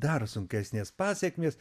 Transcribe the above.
dar sunkesnės pasekmės